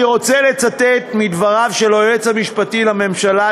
אני רוצה לצטט מדבריו של היועץ המשפטי לממשלה,